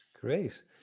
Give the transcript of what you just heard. Great